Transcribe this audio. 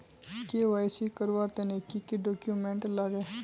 KYC करवार तने की की डॉक्यूमेंट लागे?